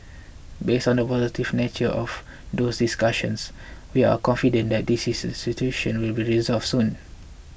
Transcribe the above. based on the positive nature of those discussions we are confident that this situation will be resolved soon